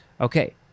Okay